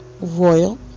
Royal